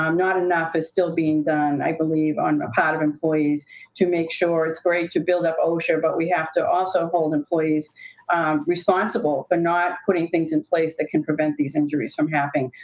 um not enough is still being done, i believe, on the part of employees to make sure it's great to build up osha, but we have to also hold employees responsible for not putting things in place that can prevent these injuries from happening.